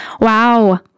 Wow